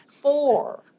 four